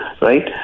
right